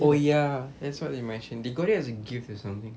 oh ya that's what they mentioned they got it as a gift or something